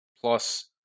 plus